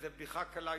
איזו בדיחה קלה,